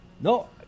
No